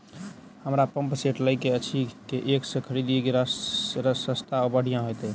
हमरा pump set लय केँ अछि केँ ऐप सँ खरिदियै की सस्ता आ बढ़िया हेतइ?